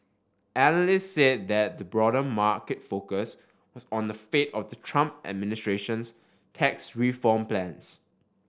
analysts said that the broader market focus was on the fate of the Trump administration's tax reform plans